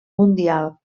mundial